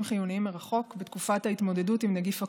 חיוניים מרחוק בתקופת ההתמודדות עם נגיף הקורונה.